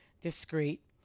discreet